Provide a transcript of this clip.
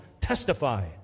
testify